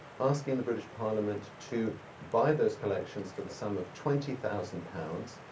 asking the british parliament to buy those collections for the sum of twenty thousand pounds,